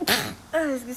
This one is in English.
or you just point me